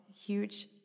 huge